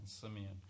Simeon